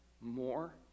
more